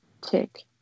Tick